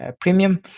premium